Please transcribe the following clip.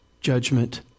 judgment